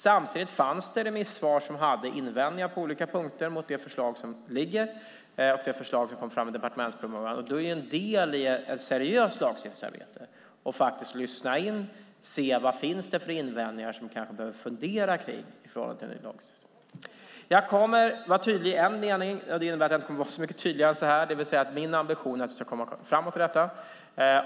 Samtidigt fanns remissvar med invändningar på olika punkter mot det förslag som har lagts fram och det förslag som har kommit fram i departementspromemorian. En del i ett seriöst lagstiftningsarbete är att lyssna och se vilka invändningar som finns som vi behöver fundera över i förhållande till en ny lagstiftning. Jag kommer att vara tydlig i en mening, och det innebär att jag inte kommer att vara så mycket tydligare än så här, nämligen att min ambition är att vi ska komma framåt i detta.